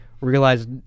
realized